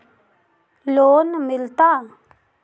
Loan मिलता?